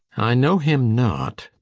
i know him not.